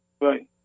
Right